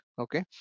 okay